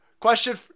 Question